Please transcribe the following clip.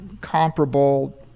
comparable